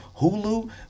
Hulu